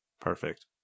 Perfect